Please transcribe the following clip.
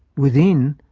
within,